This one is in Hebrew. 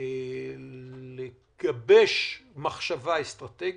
לגבש מחשבה אסטרטגית,